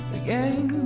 again